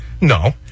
No